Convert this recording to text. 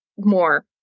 More